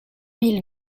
mille